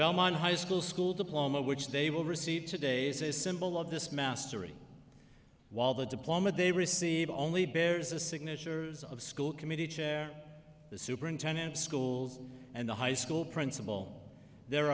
belmont high school school diploma which they will receive today is a symbol of this mastery while the diploma they receive only bears the signatures of school committee chair the superintendent schools and the high school principal the